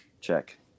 check